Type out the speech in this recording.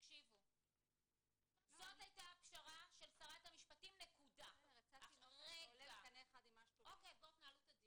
-- -"...ייתכן הוראות לעניין סיוע כספי למעונות יום